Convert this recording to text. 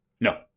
no